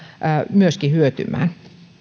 myöskin hyötymään